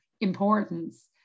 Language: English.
importance